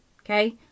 Okay